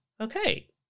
Okay